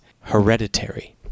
hereditary